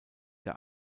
der